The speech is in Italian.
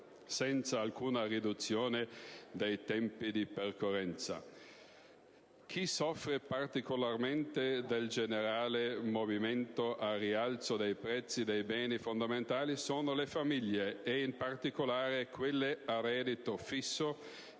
senza alcuna riduzione dei tempi di percorrenza. Chi soffre particolarmente del generale movimento al rialzo dei prezzi dei beni fondamentali sono le famiglie e, in particolare, quelle a reddito fisso